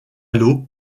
l’eau